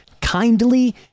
kindly